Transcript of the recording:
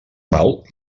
mal